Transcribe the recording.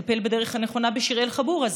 לטפל בדרך הנכונה בשיראל חבורה,